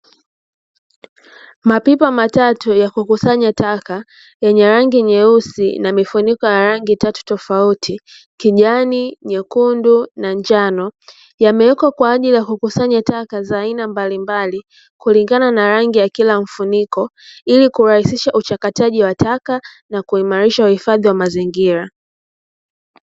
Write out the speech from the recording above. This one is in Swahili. Mapipa matatu ya kukusanya taka yenye rangi nyeusi na mifunika ya rangi tatu tofauti kijani, nyekundu na njano yamewekwa kwa ajili ya kukusanya taka za aina mbali mbali, kulingana na rangi ya kila mfuniko ili kurahisisha uchakataji wa taka na kuimarisha uhifadhi wa mazingira.